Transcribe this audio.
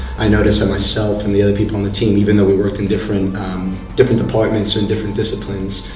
i noticed that myself and the other people on the team, even though we worked in different different departments and different disciplines,